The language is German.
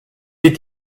wie